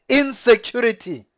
insecurity